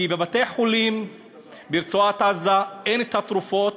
כי בבתי-חולים ברצועת-עזה אין תרופות,